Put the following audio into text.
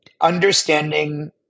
understanding